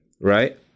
right